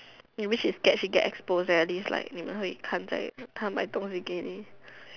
maybe she scared she get exposed leh at least 你们会看在她买东西给你